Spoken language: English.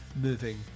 moving